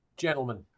Gentlemen